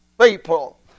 people